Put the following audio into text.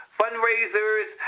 fundraisers